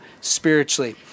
spiritually